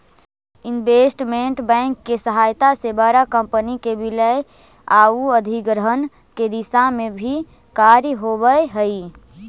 investment bank के सहायता से बड़ा कंपनी के विलय आउ अधिग्रहण के दिशा में भी कार्य होवऽ हइ